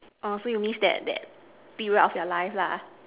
orh so you miss that that period of your life lah